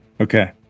okay